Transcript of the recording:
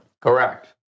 Correct